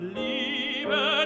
liebe